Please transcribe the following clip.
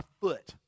foot